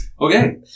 Okay